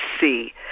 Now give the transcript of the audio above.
see